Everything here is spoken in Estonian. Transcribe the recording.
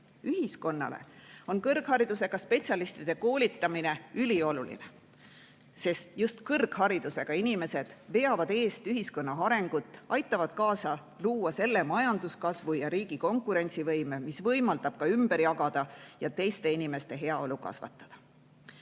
Ühiskonnale on kõrgharidusega spetsialistide koolitamine ülioluline, sest just kõrgharidusega inimesed veavad eest ühiskonna arengut, aitavad luua selle majanduskasvu ja riigi konkurentsivõimet, mis võimaldab ka ümber jagada ja teiste inimeste heaolu kasvatada.